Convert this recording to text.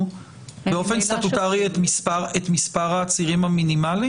באופן סטטוטורי את מספר העצירים המינימלי?